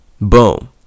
Boom